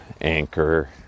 Anchor